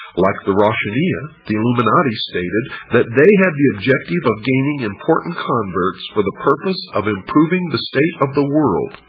like the roshaniya, the illuminati stated that they had the objective of gaining important converts for the purpose of improving the state of the world.